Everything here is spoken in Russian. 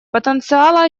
потенциала